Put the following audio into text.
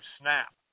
snap